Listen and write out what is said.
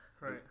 Right